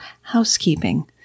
housekeeping